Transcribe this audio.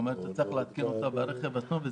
כלומר צריך להתקין אותה ברכב עצמו,